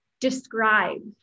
describe